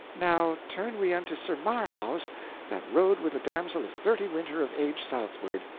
now turn we unto sir marhaus that rode with the damsel of thirty winter of age southward.